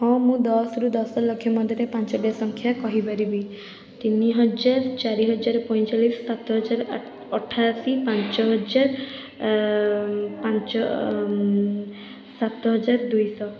ହଁ ମୁଁ ଦଶରୁ ଦଶଲକ୍ଷ ମଧ୍ୟରେ ପାଞ୍ଚଟି ସଂଖ୍ୟା କହିପାରିବି ତିନିହଜାର ଚାରିହଜାର ପଇଁଚାଳିଶ ସାତହଜାର ଆ ଅଠାଅଶୀ ପାଞ୍ଚ ହଜାର ପାଞ୍ଚ ସାତହଜାର ଦୁଇଶହ